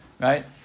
right